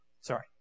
Sorry